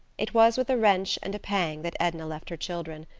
it was with a wrench and a pang that edna left her children.